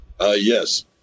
Yes